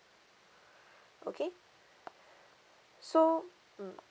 okay so mm